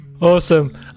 Awesome